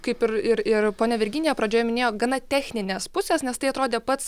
kaip ir ir ir ponia virginija pradžioje minėjo gana techninės pusės nes tai atrodė pats